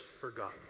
forgotten